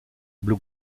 blu